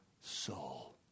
soul